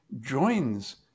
joins